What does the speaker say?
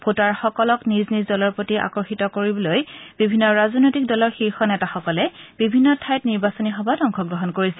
ভোটাৰসকলক নিজ নিজ দলৰ প্ৰতি আকৰ্যিত কৰিবলৈ বিভিন্ন ৰাজনৈতিক দলৰ শীৰ্ষ নেতাসকলে বিভিন্ন ঠাইত নিৰ্বাচনী সভাত অংশগ্ৰহণ কৰিছে